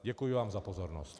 Děkuji vám za pozornost.